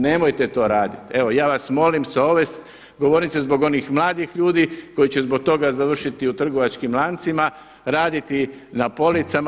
Nemojte to raditi, evo ja vas molim sa ove govornice zbog onih mladih ljudi koji će zbog toga završiti u trgovačkim lancima, raditi na policama.